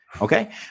Okay